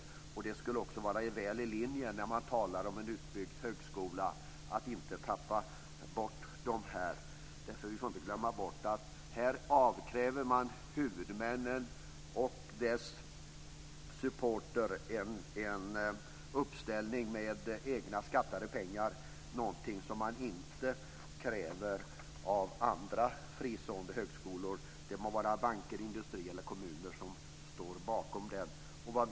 Att inte tappa bort dessa skulle också ligga väl i linje med att man talar om en utbyggd högskola. Här avkräver man huvudmännen och deras supportrar en uppställning med egna skattade pengar. Det är någonting som man inte kräver av andra fristående högskolor, det må vara banker, industrier eller kommuner som står bakom dem. Herr talman!